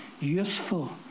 useful